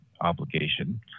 obligation